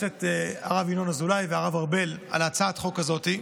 הרב ינון אזולאי והרב ארבל, על הצעת החוק הזאת.